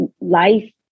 life